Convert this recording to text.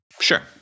Sure